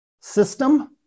system